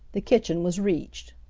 the kitchen was reached.